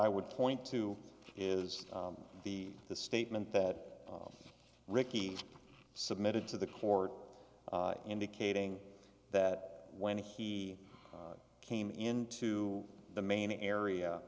i would point to is the the statement that ricky submitted to the court indicating that when he came into the main area